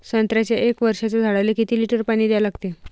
संत्र्याच्या एक वर्षाच्या झाडाले किती लिटर पाणी द्या लागते?